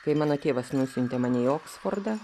kai mano tėvas nusiuntė mane į oksfordą